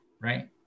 right